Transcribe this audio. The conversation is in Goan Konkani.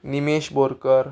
निमेश बोरकर